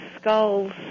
skulls